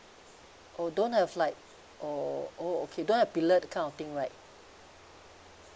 oh don't have like oh oh okay don't have billiard kind of thing right